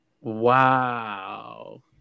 Wow